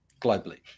globally